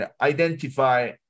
identify